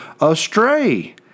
astray